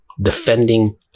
defending